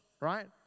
right